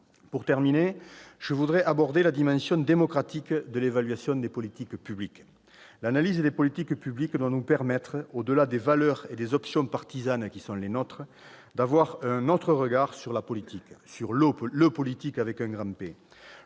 pour terminer, aborder la dimension démocratique de l'évaluation des politiques publiques. L'analyse des politiques publiques doit nous permettre, au-delà des valeurs et des options partisanes qui sont les nôtres, de porter un autre regard sur le politique. Le modèle d'action